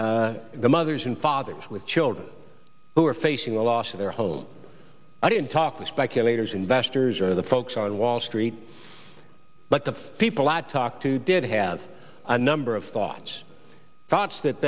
all the mothers and fathers with children who are facing the loss of their home i didn't talk with speculators investors or the folks on wall street but the people i talk to did have a number of thoughts thoughts that